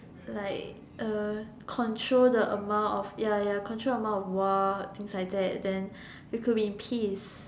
like uh control the amount of ya ya control amount of war things like that then we could be in peace